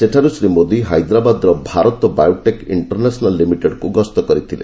ସେଠାରୁ ଶ୍ରୀ ମୋଦୀ ହାଇଦ୍ରାବାଦ୍ର Bharat biotech international ଲିମିଟେଡ୍କୁ ଗସ୍ତ କରିଥିଲେ